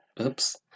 Oops